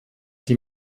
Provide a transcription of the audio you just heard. die